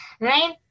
right